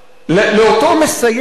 לאותו מסייע.